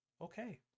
Okay